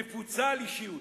מפוצל אישיות.